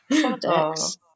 products